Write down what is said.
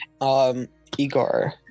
igar